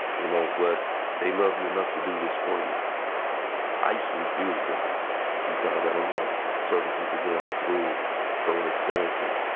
you know, but they love you enough to do this for you i used to refuse visits because i didn't want certain people going through those experiences.